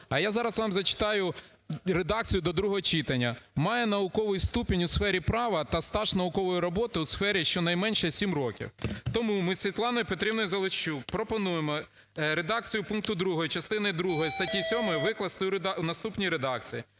А я зараз вам зачитаю редакцію до другого читання: "має науковий ступінь у сфері права та стаж наукової роботи у сфері щонайменше сім років." Тому ми з Світланою ПетрівноюЗаліщук пропонуємо редакцію пункту другого частини другої статті 7 викласти у наступній редакції: